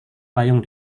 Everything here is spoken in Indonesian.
payung